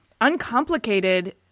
uncomplicated